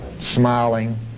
smiling